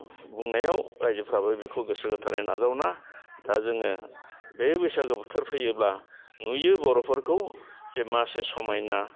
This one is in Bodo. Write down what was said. बुंनायाव रायजोफ्राबो बेखौ गोसो गोथारै नाजावना दा जोङो बे बैसागो बोथोर फैयोब्ला नुयो बर'फोरखौ जे मा एसे समायना